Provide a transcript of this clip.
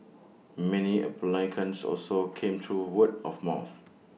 many applicants also came through word of mouth